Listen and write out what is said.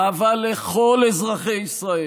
אהבה לכל אזרחי ישראל,